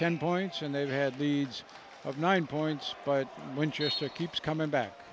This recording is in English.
en points and they've had leads of nine points but winchester keeps coming back